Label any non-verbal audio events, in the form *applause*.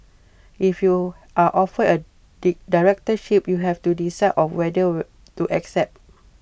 if you are offered A *unintelligible* directorship you have to decide of whether would to accept